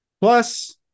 Plus